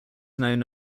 known